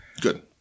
Good